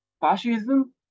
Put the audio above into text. fascism